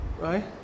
Right